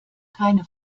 keine